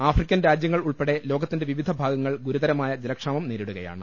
African രാജ്യങ്ങൾ ഉൾപ്പെടെ ലോകത്തിന്റെ വിവിധ ഭാഗങ്ങൾ ഗുരുതരമായ ജല ക്ഷാമം നേരിടുകയാണ്